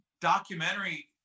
documentary